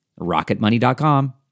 Rocketmoney.com